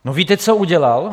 No víte, co udělal?